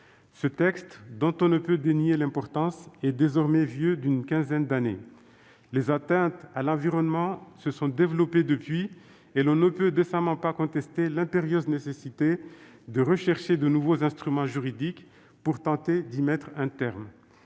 Ce texte, dont on ne peut dénier l'importance, est désormais vieux d'une quinzaine d'années. Les atteintes à l'environnement se sont développées depuis, et l'on ne peut décemment pas contester l'impérieuse nécessité de rechercher de nouveaux instruments juridiques pour tenter d'y mettre un terme.